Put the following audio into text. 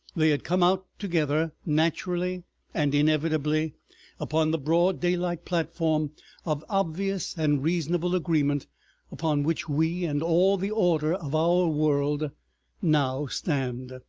they had come out together naturally and inevitably upon the broad daylight platform of obvious and reasonable agreement upon which we and all the order of our world now stand.